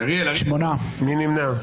מי נמנע?